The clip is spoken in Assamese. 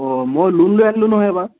অঁ মই লোন লৈ আনিলোঁ নহয় এইবাৰ